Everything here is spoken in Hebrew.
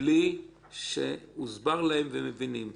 בלי שהוסבר להם והם מבינים.